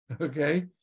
Okay